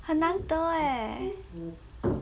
很难得 eh